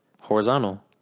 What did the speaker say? Horizontal